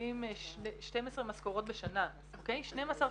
מקבלים 12 משכורות בשנה, 12 תלושים.